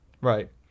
right